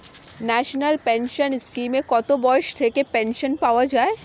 National pension স্কিমে কত বয়স থেকে পেনশন পাওয়া যায়?